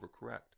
overcorrect